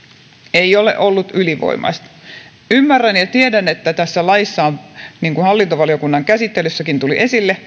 ei ole ollut ylivoimaista ymmärrän ja tiedän että tässä laissa on monia hyviä asioita niin kuin hallintovaliokunnan käsittelyssäkin tuli esille